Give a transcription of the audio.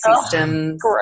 systems